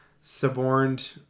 suborned